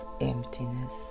emptiness